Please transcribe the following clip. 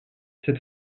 cette